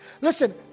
Listen